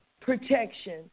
protection